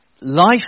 life